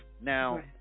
Now